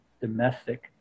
domestic